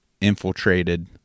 infiltrated